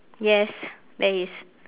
yes there is